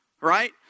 Right